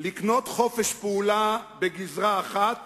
לקנות חופש פעולה בגזרה אחת